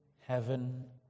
heaven